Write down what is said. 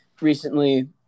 recently